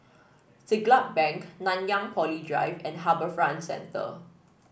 Siglap Bank Nanyang Poly Drive and HarbourFront Centre